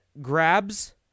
Grabs